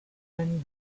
and